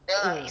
mm